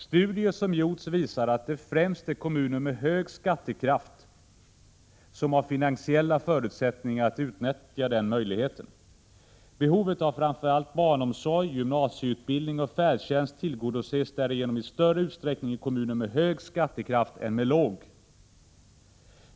Studier som gjorts visar att det främst är kommuner med hög skattekraft som har finansiella förutsättningar att utnyttja denna möjlighet. Behovet av framför allt barnomsorg, gymnasieutbildning och färdtjänst tillgodoses därigenom i större utsträckning i kommuner med hög skattekraft än i dem med låg.